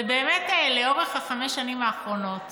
ובאמת, לאורך חמש השנים האחרונות